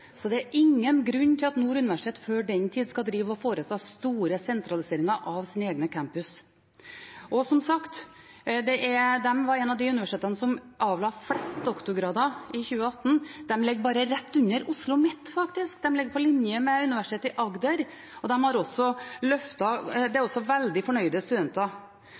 så det er ingen grunn til at Nord universitet før den tid skal foreta store sentraliseringer av sine egne campus. Og som sagt: Det var et av de universitetene der det ble avlagt flest doktorgrader i 2018; det ligger faktisk bare rett under OsloMet, det ligger på linje med Universitetet i Agder, og det har også veldig fornøyde studenter. Så jeg må si jeg synes det er